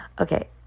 Okay